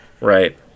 right